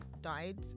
died